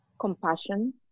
Compassion